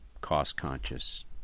cost-conscious